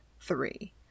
three